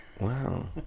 Wow